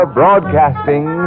Broadcasting